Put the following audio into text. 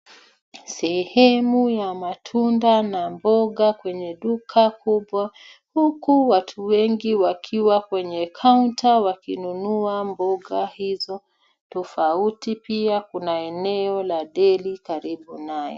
Sehemu ya matunda na mboga kwenye duka kubwa, huku watu wengi wakiwa kwenye counter wakinunua mboga hizo tofauti. Pia kuna eneo la deli karibu nayo.